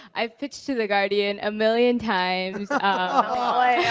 i've pitched to the guardian a million times, ah